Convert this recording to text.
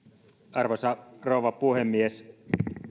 arvoisa rouva puhemies